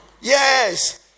Yes